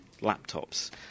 laptops